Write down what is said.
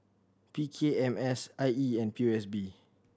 P K M S I E and P O S B